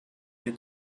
hier